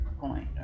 point